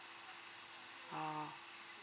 oh